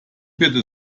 bitte